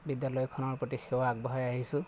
বিদ্যালয়খনৰ প্ৰতি সেৱা আগবঢ়াই আহিছোঁ